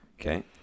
okay